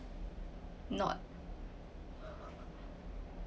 not